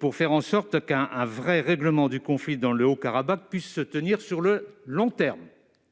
pour faire en sorte qu'un vrai règlement du conflit dans le Haut-Karabakh puisse avoir lieu, sur le long terme.